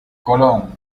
colón